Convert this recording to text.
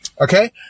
Okay